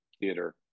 theater